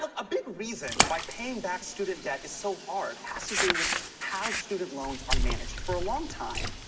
a big reason why paying back student debt is so hard has to do with how student loans are managed. for a long time,